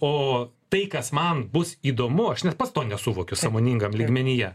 o tai kas man bus įdomu aš net pats to nesuvokiu sąmoningam lygmenyje